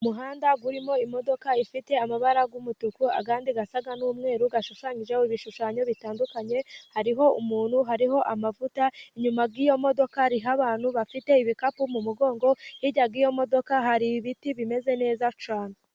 Umuhanda urimo imodoka ifite, amabara y'umutuku andi asa n'umweru, ashushanyijeho ibishushanyo bitandukanye. Hariho umuntu, hariho amavuta, inyuma y'iyo modoka hariho abantu bafite, ibikapu mu mugongo hirya yiyo modoka hari ibiti bimeze neza cyane.